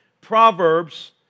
Proverbs